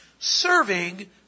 Serving